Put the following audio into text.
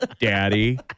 daddy